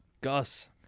Gus